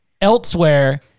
elsewhere